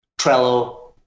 Trello